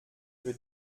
für